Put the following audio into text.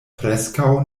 preskaŭ